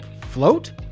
float